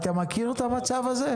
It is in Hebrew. אתה מכיר את המצב הזה?